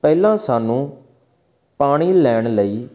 ਪਹਿਲਾਂ ਸਾਨੂੰ ਪਾਣੀ ਲੈਣ ਲਈ